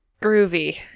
Groovy